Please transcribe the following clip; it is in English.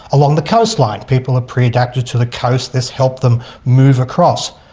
along the coastline. people are pre-adapted to the coast, this helped them move across.